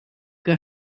que